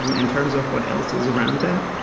um in terms of what else is around there,